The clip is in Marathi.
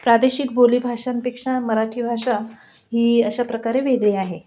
प्रादेशिक बोली भाषांपेक्षा मराठी भाषा ही अशा प्रकारे वेगळी आहे